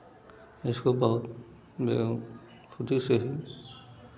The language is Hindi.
इसको बहुत से ही